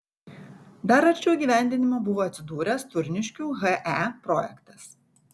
dar arčiau įgyvendinimo buvo atsidūręs turniškių he projektas